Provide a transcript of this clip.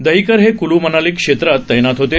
दहिकर हे कुलू मनाली क्षेत्रात तैनात होते